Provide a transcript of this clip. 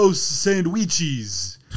sandwiches